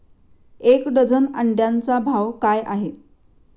एक डझन अंड्यांचा भाव काय आहे?